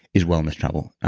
is wellness travel.